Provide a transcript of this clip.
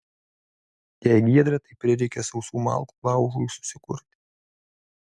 jei giedra tai prireikia sausų malkų laužui susikurti